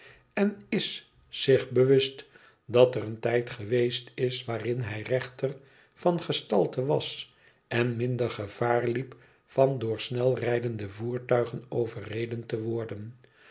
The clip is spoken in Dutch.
en is zich bewust dat er een tijd geweest is waarin hij rechter van gestalte was en minder gevaar liep van door snelrijdende voertuigen overreden te worden